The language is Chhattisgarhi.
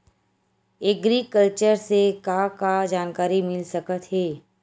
एग्रीकल्चर से का का जानकारी मिल सकत हे?